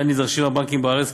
לכן הבנקים בארץ,